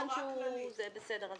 בסדר.